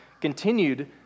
continued